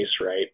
right